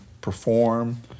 perform